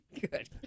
Good